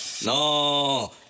no